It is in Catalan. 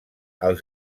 els